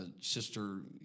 Sister